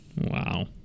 Wow